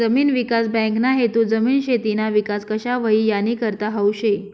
जमीन विकास बँकना हेतू जमीन, शेतीना विकास कशा व्हई यानीकरता हावू शे